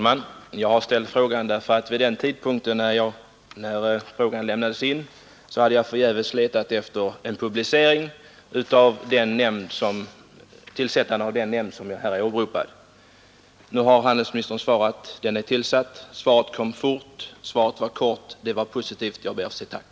Herr talman! Vid den tidpunkt när frågan lämnades in hade jag förgäves letat efter en publicering av tillsättandet av den nämnd som här är åberopad. Det var anledningen till att jag ställde frågan. Nu har handelsministern svarat att nämnden är tillsatt. Svaret kom fort. Svaret var kort men positivt. Jag ber att få säga tack.